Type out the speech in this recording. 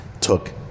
took